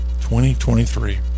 2023